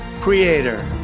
Creator